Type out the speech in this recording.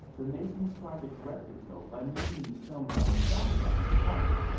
the masons tried to correct the tilt by making the stones on the south side taller.